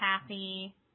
Kathy